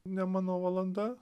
ne mano valanda